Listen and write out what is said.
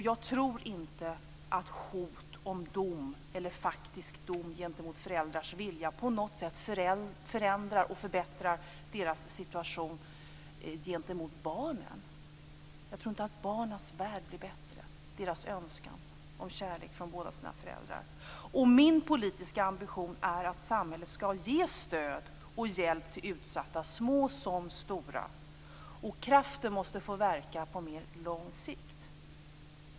Jag tror inte att hot om eller faktisk dom gentemot föräldrars vilja på något sätt förändrar eller förbättrar deras situation gentemot barnen. Barnens värld blir inte bättre, inte heller deras önskan om kärlek från båda föräldrarna. Min politiska ambition är att samhället skall ge stöd och hjälp till utsatta - små som stora. Kraften måste få verka på mer lång sikt.